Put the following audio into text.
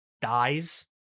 dies